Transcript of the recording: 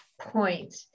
point